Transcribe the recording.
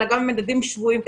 גם במדדים שבועיים,